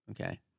okay